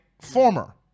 former